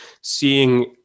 seeing